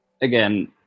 again